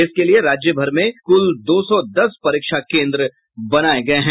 इसके लिये राज्यभर में कुल दो सौ दस परीक्षा केंद्र बनाये गये हैं